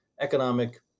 economic